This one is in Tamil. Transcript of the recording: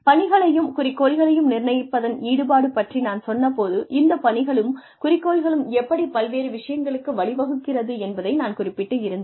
பணிகளையும் குறிக்கோள்களையும் நிர்ணயிப்பதன் ஈடுபாடு பற்றி நான் சொன்ன போது இந்த பணிகளும் குறிக்கோள்களும் எப்படி பல்வேறு விஷயங்களுக்கு வழிவகுக்கிறது என்பதை நான் குறிப்பிட்டிருந்தேன்